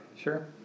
sure